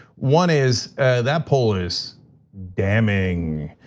one is that poll is damning.